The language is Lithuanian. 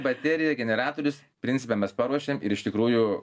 bateriją generatorius principe mes paruošiam ir iš tikrųjų